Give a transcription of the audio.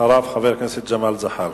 אחריו, חבר הכנסת ג'מאל זחאלקה.